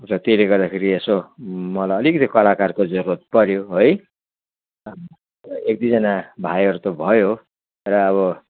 र त्यसले गर्दाखेरि यसो मलाई अलिकति कलाकारको जरुरत पऱ्यो है एक दुइजना भाइहरू त भयो र अब